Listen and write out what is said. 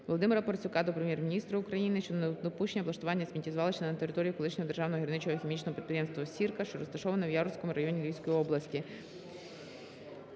Володимира Парасюка до Прем'єр-міністра України щодо недопущення облаштування сміттєзвалища на території колишнього державного гірничо-хімічного підприємства "Сірка", що розташоване у Яворівському районі Львівської області.